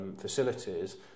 facilities